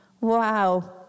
Wow